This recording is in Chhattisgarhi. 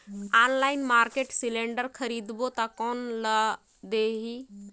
ऑनलाइन मार्केट सिलेंडर खरीदबो ता कोन ला देही?